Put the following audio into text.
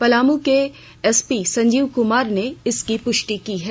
पलामू के एसपी संजीव कुमार ने इसकी पुष्टि की है